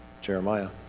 Jeremiah